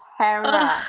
terror